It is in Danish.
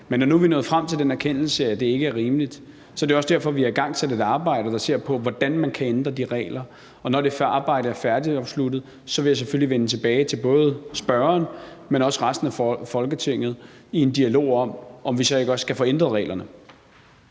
men nu er vi nået frem til den erkendelse, at det ikke er rimeligt, og det er også derfor, vi har igangsat et arbejde, der ser på, hvordan man kan ændre de regler. Når det arbejde er færdigt og afsluttet, vil jeg selvfølgelig vende tilbage til både spørgeren, men også resten af Folketinget for at få en dialog om, om vi så ikke også skal få ændret reglerne.